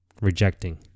Rejecting